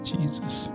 Jesus